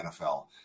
NFL